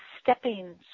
stepping